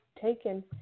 taken